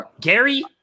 Gary